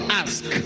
ask